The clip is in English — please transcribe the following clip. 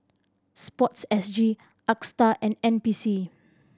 Sports S G Astar and N P C